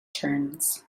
terns